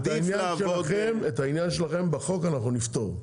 העניין שלכם נפתור בחוק.